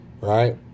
right